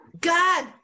god